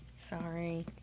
Sorry